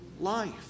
life